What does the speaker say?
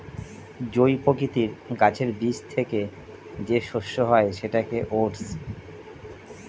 জই প্রকৃতির গাছের বীজ থেকে যে শস্য হয় সেটাকে ওটস